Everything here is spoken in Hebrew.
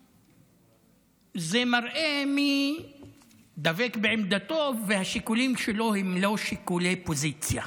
זה מראה מי דבק בעמדתו והשיקולים שלו הם לא שיקולי פוזיציה.